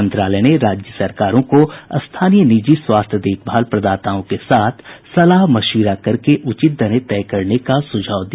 मंत्रालय ने राज्य सरकारों को स्थानीय निजी स्वास्थ्य देखभाल प्रदाताओं के साथ सलाह मशविरा करके उचित दरें तय करने का सुझाव दिया